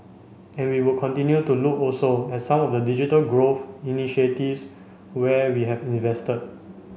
and we would continue to look also at some of the digital growth initiatives where we have invested